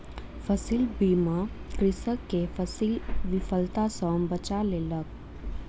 फसील बीमा कृषक के फसील विफलता सॅ बचा लेलक